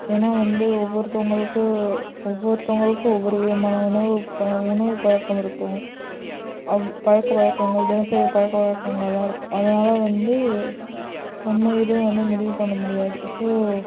ஏன்னா வந்து ஒவ்வொருத்தவங்களுக்கு ஒவ்வொருத்தவங்களுக்கு ஒவ்வொரு விதமான உணவு உணவு பழக்கம் இருக்கும் அவங்க பழக்க வழக்கங்கள் தினசரி பழக்கவழக்கங்களாம் இருக்கும் அதனால் வந்து நம்ம எதுவும் வந்து முடிவு பண்ண முடியாது ஸோ